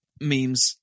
memes